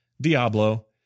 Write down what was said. Diablo